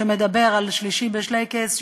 שמדבר על "שלישי בשלייקעס",